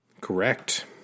correct